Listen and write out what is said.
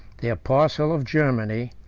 the apostle of germany,